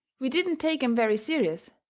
we didn't take em very serious,